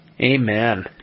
Amen